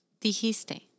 dijiste